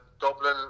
Dublin